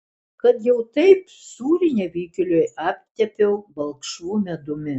kad jau taip sūrį nevykėliui aptepiau balkšvu medumi